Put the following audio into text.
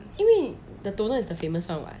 the toner is the famous [one] what